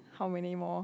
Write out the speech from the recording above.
how many more